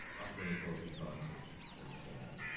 offer any closing thoughts at, at the same time.